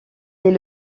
est